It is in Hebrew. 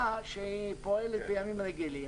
למדינה שפועלת בימים רגילים.